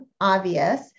obvious